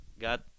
got